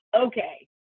okay